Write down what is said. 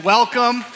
Welcome